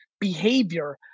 behavior